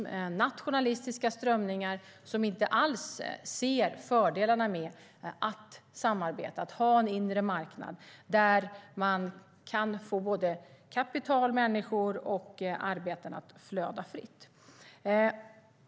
Det är nationalistiska strömningar som inte alls ser fördelarna med att samarbeta och att ha en inre marknad, där man kan få kapital, människor och arbete att flöda fritt.